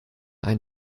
ein